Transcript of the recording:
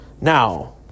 Now